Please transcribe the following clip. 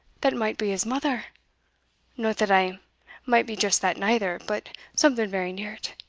that might be his mother no that i might be just that neither, but something very near it.